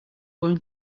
going